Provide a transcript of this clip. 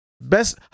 Best